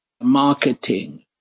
marketing